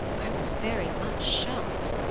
i was very much shocked.